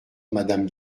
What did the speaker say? madame